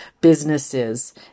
businesses